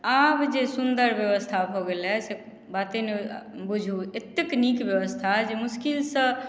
आब जे सुन्दर बेबस्था भऽ गेल हेँ से बाते नहि बुझू एतेक नीक बेबस्था जे मोसकिलसँ